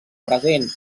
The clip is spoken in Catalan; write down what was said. present